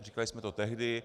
Říkali jsme to tehdy.